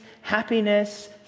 happiness